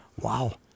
Wow